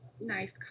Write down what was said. nice